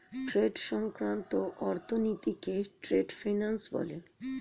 trade সংক্রান্ত অর্থনীতিকে trade finance বলে